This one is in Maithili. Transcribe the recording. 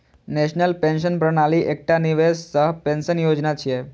नेशनल पेंशन प्रणाली एकटा निवेश सह पेंशन योजना छियै